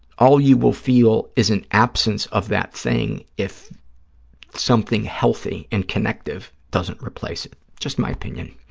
all you will feel is an absence of that thing if something healthy and connective doesn't replace it. just my opinion.